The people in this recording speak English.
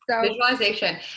Visualization